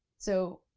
so,